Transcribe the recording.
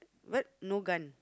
but no gun